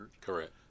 Correct